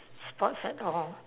sports at all